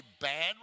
bad